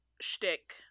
shtick